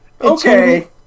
Okay